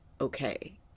okay